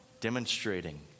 demonstrating